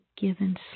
given